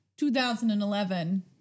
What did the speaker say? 2011